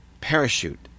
parachute